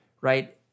right